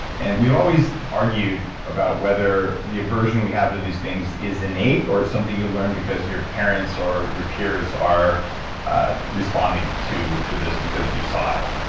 and we've always argued about whether the aversion we have to these things is innate, or something you learn because your parents or your peers are responding to to this, because you saw it.